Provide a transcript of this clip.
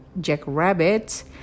jackrabbits